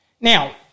Now